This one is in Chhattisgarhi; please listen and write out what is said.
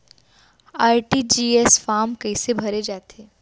आर.टी.जी.एस फार्म कइसे भरे जाथे?